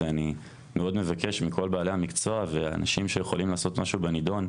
ואני מאוד מבקש מכל בעלי המקצוע והאנשים שיכולים לעשות משהו בנידון,